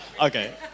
Okay